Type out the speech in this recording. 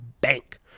bank